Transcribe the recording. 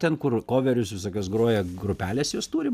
ten kur koverius visokius groja grupelės jos turi